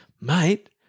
Mate